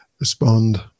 respond